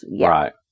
Right